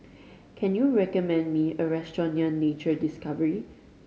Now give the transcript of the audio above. can you recommend me a restaurant near Nature Discovery